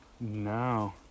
No